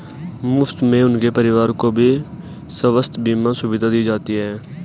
मुफ्त में उनके परिवार को भी स्वास्थ्य बीमा सुविधा दी जाती है